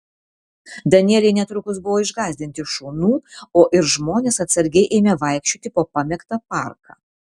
danieliai netrukus buvo išgąsdinti šunų o ir žmonės atsargiai ėmė vaikščioti po pamėgtą parką